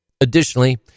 Additionally